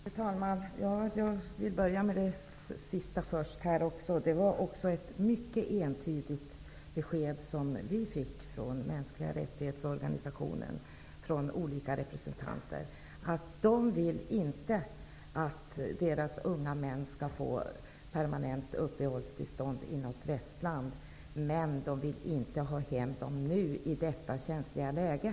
Fru talman! Jag vill börja med det sista som utrikesministern sade. Vi fick också ett mycket entydigt besked från olika representanter för mänskliga rättighetsorganisationen. Man vill inte att de unga albanska männen skall få permanent uppehållstillstånd i något västland, men man vill inte ha hem dessa män nu i detta känsliga läge.